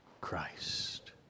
Christ